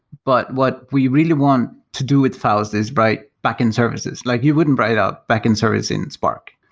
but what we really want to do with faust is write backend services. like you wouldn't write a backend service in spark,